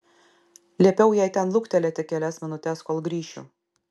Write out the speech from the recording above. liepiau jai ten luktelėti kelias minutes kol grįšiu